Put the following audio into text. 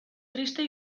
triste